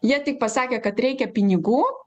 jie tik pasakė kad reikia pinigų